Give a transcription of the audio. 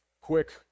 quick